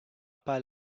pas